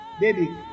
Baby